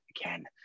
again